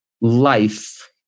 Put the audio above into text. life